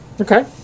Okay